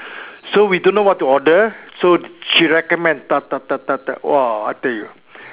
so we don't know what to order so she recommend !wah! I tell you